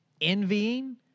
envying